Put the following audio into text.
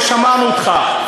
לא שמענו אותך.